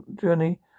journey